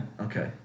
Okay